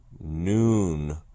noon